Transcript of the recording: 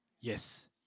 yes